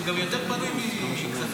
והוא גם יותר פנוי מכספים.